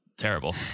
terrible